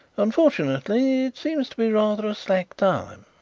unfortunately it seems to be rather a slack time.